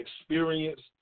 experienced